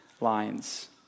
lines